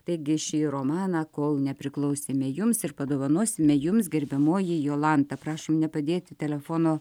taigi šį romaną kol nepriklausėme jums ir padovanosime jums gerbiamoji jolanta prašom nepadėti telefono